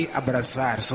abraçar